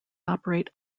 operate